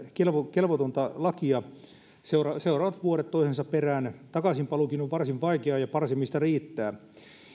kelvotonta lakia seuraavat seuraavat vuodet toisensa perään kun takaisin paluukin on varsin vaikeaa ja parsimista riittää